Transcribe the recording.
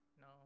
No